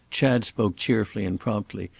chad spoke cheerfully and promptly,